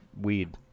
Weed